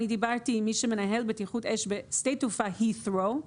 אני דיברתי עם מי שמנהל בטיחות אש בשדה תעופה הית'רו.